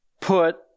put